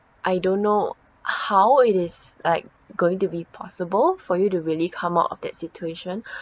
I don't know how it is like going to be possible for you to really come out of that situation